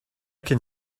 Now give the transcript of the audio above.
can